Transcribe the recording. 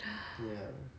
ya